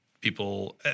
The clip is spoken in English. people –